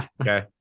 Okay